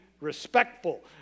respectful